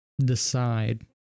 decide